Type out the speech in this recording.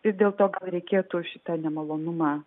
vis dėlto gal reikėtų šitą nemalonumą